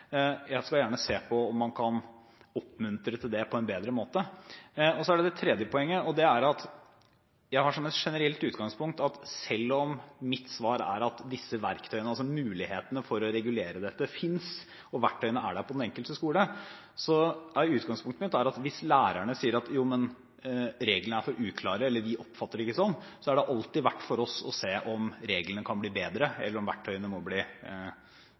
Jeg ser gjerne på om man kan oppmuntre til det på en bedre måte. Så er det det tredje poenget, og det har jeg som et generelt utgangspunkt: Selv om mitt svar er at disse verktøyene – altså mulighetene for å regulere dette – finnes, og verktøyene er der på den enkelte skole, er utgangspunktet mitt at hvis lærerne sier at reglene er for uklare, eller at de ikke oppfatter det sånn, er det for oss alltid verdt å se på om reglene kan bli bedre, eller om verktøyene må bli